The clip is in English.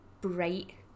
bright